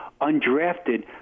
undrafted